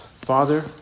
Father